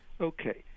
Okay